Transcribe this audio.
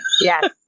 yes